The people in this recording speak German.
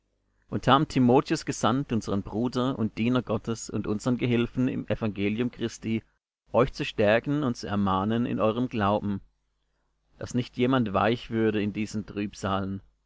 und haben timotheus gesandt unsern bruder und diener gottes und unsern gehilfen im evangelium christi euch zu stärken und zu ermahnen in eurem glauben daß nicht jemand weich würde in diesen